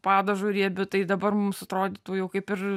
padažu riebiu tai dabar mums atrodytų jau kaip ir